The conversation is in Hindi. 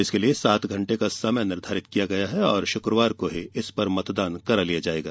इसके लिए सात घंटे का समय निर्धारित किया गया है और शुक्रवार को ही इस पर मतदान करा लिया जाएगा